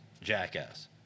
jackass